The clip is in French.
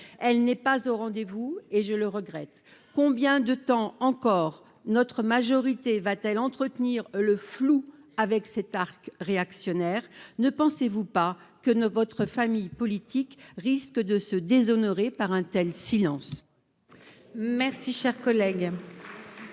elle n'est pas au rendez-vous et je le regrette, combien de temps encore notre majorité va-t-elle entretenir le flou avec cet arc réactionnaire, ne pensez-vous pas que ne votre famille politique risque de se déshonorer par un tel silence